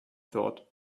thought